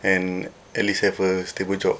and at least have a stable job